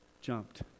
Jumped